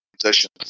positions